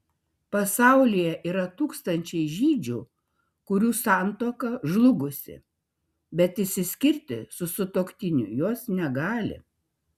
pasaulyje yra tūkstančiai žydžių kurių santuoka žlugusi bet išsiskirti su sutuoktiniu jos negali